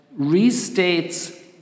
restates